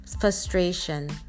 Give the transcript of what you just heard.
frustration